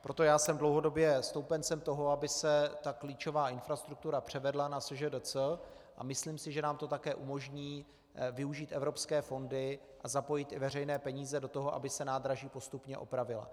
Proto já jsem dlouhodobě stoupencem toho, aby se ta klíčová infrastruktura převedla na SŽDC, a myslím si, že nám to také umožní využít evropské fondy a zapojit i veřejné peníze do toho, aby se nádraží postupně opravila.